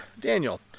Daniel